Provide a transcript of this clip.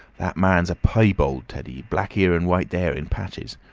that marn's a piebald, teddy. black here and white there in patches.